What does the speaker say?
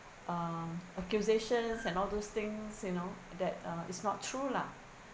uh accusations and all those things you know that uh it's not true lah